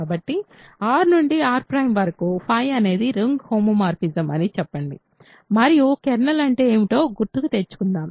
కాబట్టి R నుండి R ǀ వరకు అనేది రింగ్ హోమోమార్ఫిజం అని చెప్పండి మరియు కెర్నల్ అంటే ఏమిటో గుర్తుకు తెచ్చుకుందాం